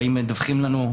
מדווחים לנו,